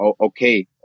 okay